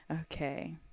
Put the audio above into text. okay